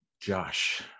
josh